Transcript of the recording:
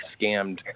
scammed